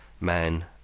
man